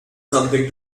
something